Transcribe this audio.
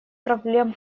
проблем